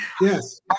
Yes